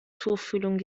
tuchfühlung